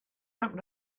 happen